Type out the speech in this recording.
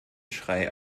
schrei